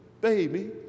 baby